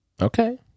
Okay